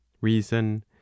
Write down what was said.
reason